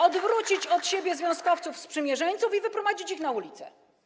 Odwrócić od siebie związkowców sprzymierzeńców i wyprowadzić ich na ulicę.